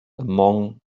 among